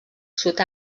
sud